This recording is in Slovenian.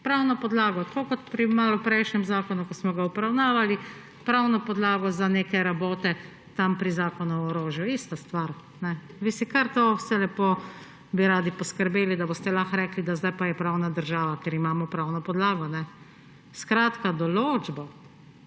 pravno podlago. Tako kot pri prejšnjem zakonu, ki smo ga obravnavali, pravno podlago za neke rabote tam pri zakonu o orožju. Ista stvar. Vi bi radi poskrbeli, da boste lahko rekli, da zdaj pa je pravna država, ker imamo pravno podlago. Določbo,